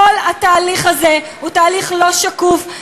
כל התהליך הזה הוא תהליך לא שקוף,